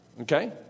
okay